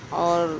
اور